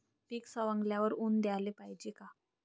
पीक सवंगल्यावर ऊन द्याले पायजे का?